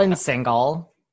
single